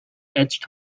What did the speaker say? etched